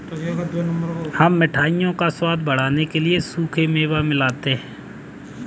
हम मिठाइयों का स्वाद बढ़ाने के लिए सूखे मेवे मिलाते हैं